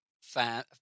fan